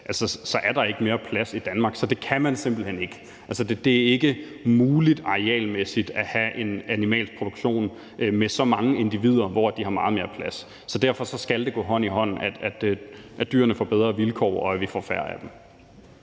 så er der ikke mere plads i Danmark. Så det kan man simpelt hen ikke. Det er ikke muligt arealmæssigt at have en animalsk produktion med så mange individer, hvor de har meget mere plads. Derfor skal det gå hånd i hånd, at dyrene får bedre vilkår, og at vi får færre af dem.